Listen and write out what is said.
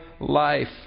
life